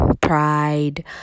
pride